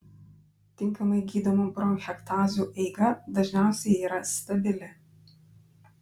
tinkamai gydomų bronchektazių eiga dažniausiai yra stabili